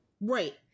Right